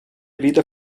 weder